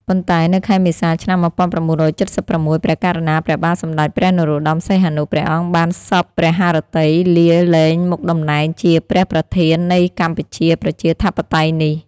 ប៉ុន្តែនៅខែមេសា ឆ្នាំ ១៩៧៦ ព្រះករុណាព្រះបាទសម្តេចព្រះនរោត្តម សីហនុ ព្រះអង្គបានសព្វព្រះហឫទ័យ លា លែងមុខតំណែងជាព្រះប្រធាន នៃកម្ពុជាប្រជាធិបតេយ្យនេះ។